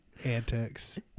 antics